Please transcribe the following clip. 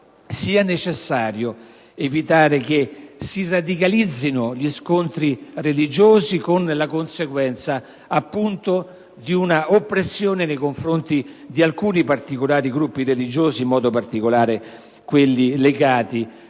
sia necessario evitare che si radicalizzino gli scontri religiosi, che hanno per conseguenza, appunto, un'oppressione nei confronti di alcuni particolari gruppi religiosi, in modo particolare quelli legati